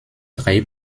drei